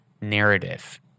narrative